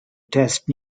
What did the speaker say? test